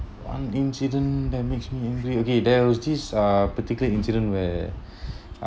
one incident that makes me angry okay there were this uh particular incident where